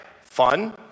Fun